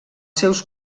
seus